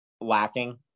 lacking